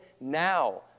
now